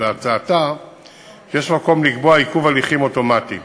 בהצעתה יש מקום לקבוע עיכוב הליכים אוטומטי.